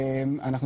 אנחנו